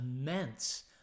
immense